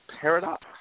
Paradox